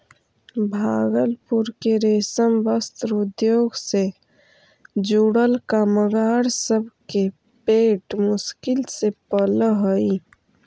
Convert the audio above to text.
भागलपुर के रेशम वस्त्र उद्योग से जुड़ल कामगार सब के पेट मुश्किल से पलऽ हई